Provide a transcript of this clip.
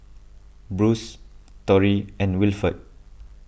Bruce Tory and Wilford